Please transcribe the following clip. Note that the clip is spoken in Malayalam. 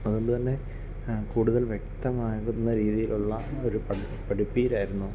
അതുകൊണ്ടു തന്നെ കൂടുതൽ വ്യക്തമാകുന്ന രീതിയിലുള്ള ഒരു പഠിപ്പീരായിരുന്നു